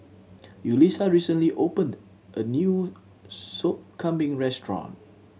Yulisa recently opened a new Sop Kambing restaurant